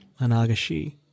Anagashi